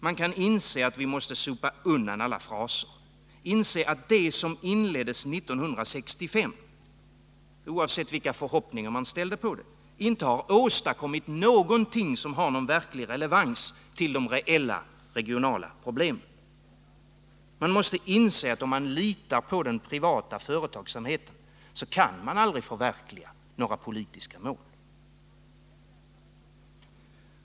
Man kan inse att vi måste sopa undan alla fraser, inse att det som inleddes 1965 — oavsett vilka förhoppningar man ställde på det —-inte åstadkommit någonting som har någon verklig relevans till de reella regionala problemen. Man måste inse att om man litar på den privata företagsamheten så kan man aldrig förverkliga några politiska mål.